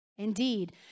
Indeed